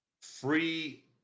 free